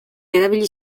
erabili